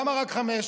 למה רק חמש?